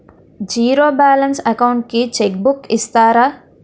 Zero balance account కి check book ఇస్తారా?